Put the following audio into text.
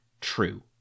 true